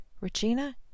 Regina